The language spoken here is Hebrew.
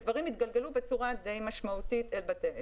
ודברים התגלגלו בצורה די משמעותית אל בתי העסק.